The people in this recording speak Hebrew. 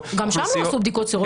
גם שם לא עשו בדיקות סרולוגיות לכולם.